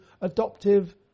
adoptive